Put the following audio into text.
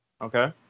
okay